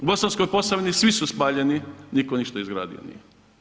U Bosanskoj Posavini svi su spaljeni, nitko ništa izgradio nije.